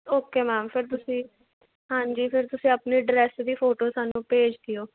okay ma'am ਫਿਰ ਤੁਸੀਂ ਹਾਂਜੀ ਫਿਰ ਤੁਸੀਂ ਆਪਣੇ ਡਰੈਸ ਦੀ ਫੋਟੋ ਸਾਨੂੰ ਭੇਜ ਦਿਓ